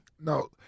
No